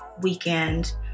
weekend